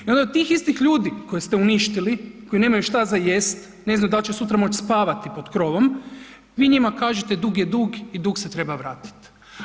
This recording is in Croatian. I onda od tih istih ljudi koje ste uništili koji nemaju što za jesti, ne znaju da li će sutra moći spavati pod krovom vi njima kažete dug je dug i dug se treba vratiti.